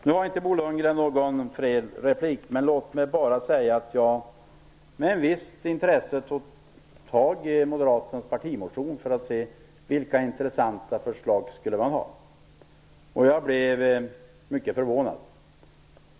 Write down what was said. Nu har inte Bo Lundgren rätt till någon ytterligare replik. Låt mig bara säga att jag med ett visst intresse tittade i Moderaternas partimotion för att se vilka intressanta förslag man har. Jag blev mycket förvånad.